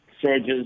surges